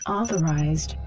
Authorized